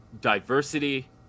diversity